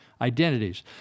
identities